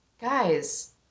guys